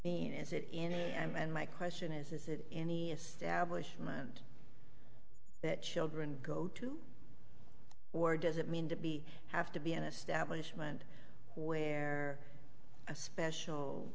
mean is it in am and my question is is it any establishment that children go to war doesn't mean to be have to be an establishment where a special